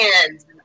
hands